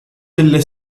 delle